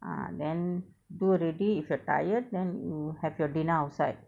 ah then do already if you're tired then you have your dinner outside